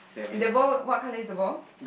the ball what color is the ball